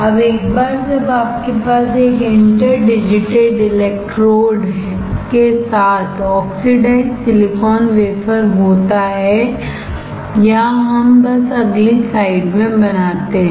अब एक बार जब आपके पास एक इंटर डिजिटेड इलेक्ट्रोड के साथ ऑक्सीडाइज्ड सिलिकॉन वेफरहोता है या हम बस अगली स्लाइड में बनाते हैं